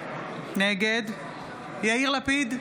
נגד יאיר לפיד,